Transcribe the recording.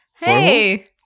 Hey